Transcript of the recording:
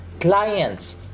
clients